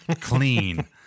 clean